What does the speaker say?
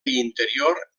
interior